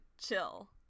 chill